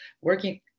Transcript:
working